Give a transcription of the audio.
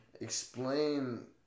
explain